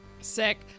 Sick